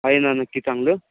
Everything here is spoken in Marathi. हाय ना नक्की चांगलं